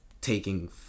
taking